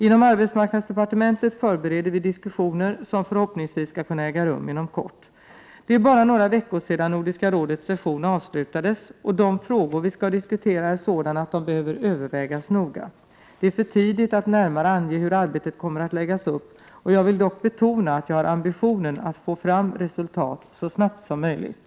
Inom arbetsmarknadsdepartementet förbereder vi diskussioner som förhoppningsvis skall kunna äga rum inom kort. Det är bara några veckor sedan Nordiska rådets session avslutades, och de frågor vi skall diskutera är sådana att de behöver övervägas noga. Det är för tidigt att närmare ange hur arbetet kommer att läggas upp. Jag vill dock betona att jag har ambitionen att få fram resultat så snart som möjligt.